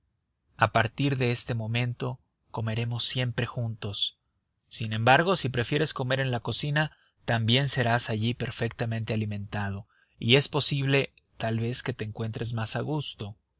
a partir de este momento comeremos siempre juntos sin embargo si prefieres comer en la cocina también serás allí perfectamente alimentado y es posible tal vez que te encuentres más a gusto